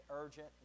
urgent